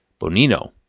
Bonino